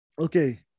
okay